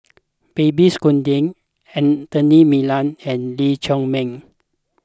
Babes Conde Anthony Miller and Lee Chiaw Meng